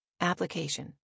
Application